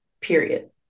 period